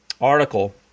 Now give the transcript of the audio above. article